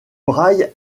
braille